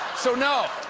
so no,